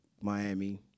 Miami